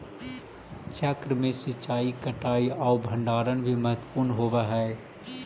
चक्र में सिंचाई, कटाई आउ भण्डारण भी महत्त्वपूर्ण होवऽ हइ